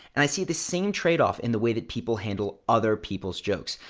and i see the same trade-off in the way that people handle other people's jokes.